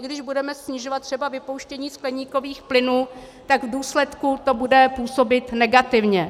I když budeme snižovat třeba vypouštění skleníkových plynů, tak v důsledku to bude působit negativně.